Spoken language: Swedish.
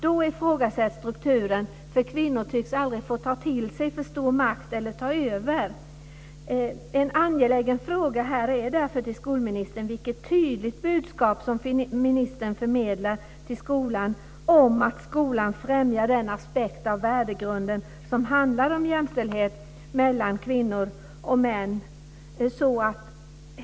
Då ifrågasätts strukturen, för kvinnor tycks aldrig få ta till sig för stor makt eller ta över. En angelägen fråga till skolministern är därför vilket tydligt budskap ministern förmedlar till skolan om att skolan ska främja den aspekt av värdegrunden som handlar om jämställdhet mellan kvinnor och män.